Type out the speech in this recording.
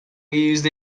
used